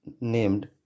named